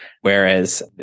Whereas